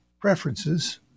preferences